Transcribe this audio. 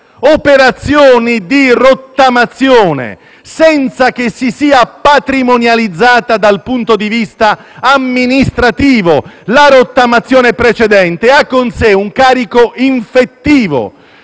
operazioni di rottamazione, senza che si sia patrimonializzata dal punto di vista amministrativo la rottamazione precedente, ha con sé un carico infettivo.